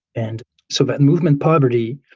and so that movement poverty,